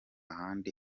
ahandi